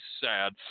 sad